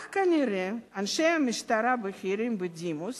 אך כנראה אנשי משטרה בכירים בדימוס